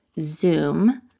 Zoom